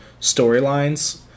storylines